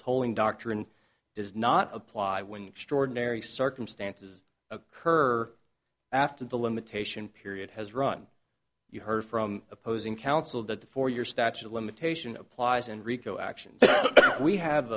tolling doctrine does not apply when extraordinary circumstances occur after the limitation period has run you heard from opposing counsel that the for your statute of limitation applies in rico actions we have